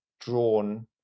drawn